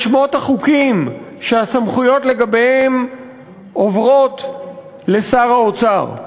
שמות החוקים שהסמכויות לגביהם עוברות לשר האוצר.